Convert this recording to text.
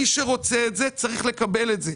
מי שרוצה את זה צריך לקבל את זה.